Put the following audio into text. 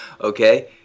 Okay